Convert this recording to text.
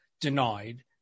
denied